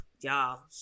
y'all